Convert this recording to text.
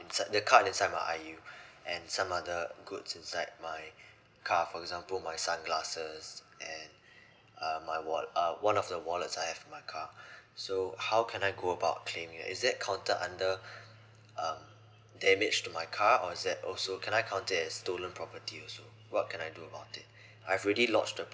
inside the card inside my I_U and some other goods inside my car for example my sunglasses and uh my wal~ uh one of the wallets I have in my car so how can I go about claim is that counted under um damage to my car or is that also can I count it as stolen property also what can I do about it I've already lodged a